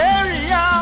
area